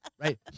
Right